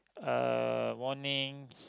uh warnings